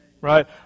Right